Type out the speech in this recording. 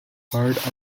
hearst